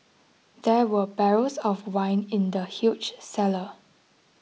there were barrels of wine in the huge cellar